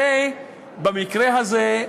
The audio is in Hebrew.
במקרה הזה,